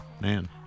Man